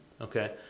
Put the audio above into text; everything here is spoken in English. Okay